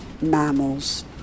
mammals